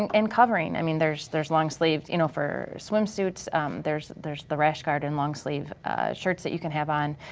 and and covering, i mean there's there's long sleeved, you know for swimsuits there's there's the rash guard and long sleeve shirts that you can have on.